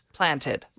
Planted